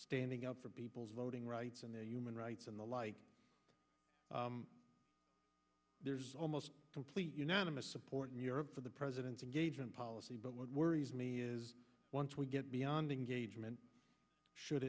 standing up for people's voting rights and their human rights and the like there's almost complete unanimous support in europe for the president's engagement policy but what worries me is once we get beyond engagement should